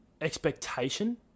expectation